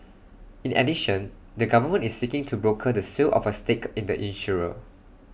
in addition the government is seeking to broker the sale of A stake in the insurer